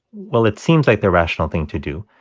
well, it seems like the rational thing to do.